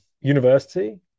university